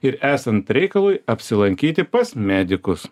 ir esant reikalui apsilankyti pas medikus